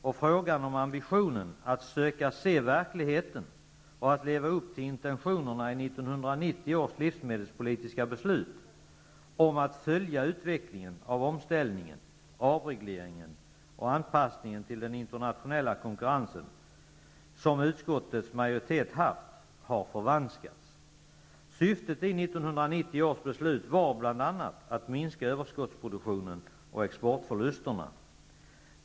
Den ambition som utskottets majoritet haft att försöka se verkligheten och att leva upp till intentionerna i 1990 års livsmedelspolitiska beslut om att följa utvecklingen av omställningen, avregleringen och anpassningen till den konkurrensen, har förvanskats. Syftet med 1990 års beslut var bl.a. att att minska överkottsproduktionen och exportförlusterna.